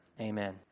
Amen